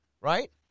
right